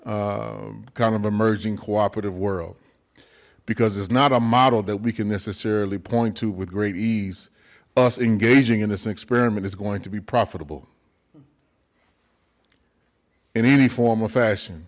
kind of emerging cooperative world because there's not a model that we can necessarily point to with great ease us engaging in this experiment is going to be profitable in any form of fashion